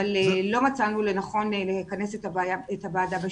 לא מצאנו לנכון לכנס את הוועדה בשנית.